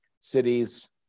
cities